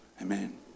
Amen